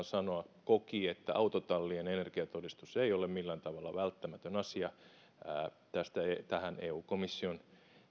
sanoa että autotallien energiatodistus ei ole millään tavalla välttämätön asia tähän eu komission